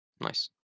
Nice